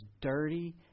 dirty